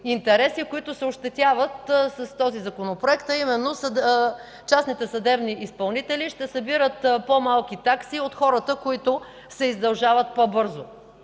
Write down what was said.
които се ощетяват с този Законопроект, а именно частните съдебни изпълнители ще събират по-малки такси от хората, които се издължават по-бързо.